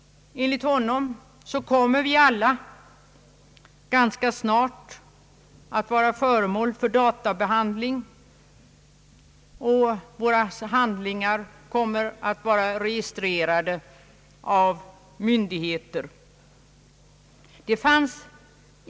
Enligt honom kommer vi alla ganska snart att vara föremål för databehandling, och våra handlingar kommer att vara registrerade av myndigheter om vi inte i tid slår till bromsarna för vad som nu håller på att ske.